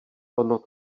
ono